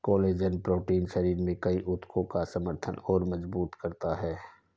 collagen protein शरीर में कई ऊतकों का समर्थन और मजबूत करता है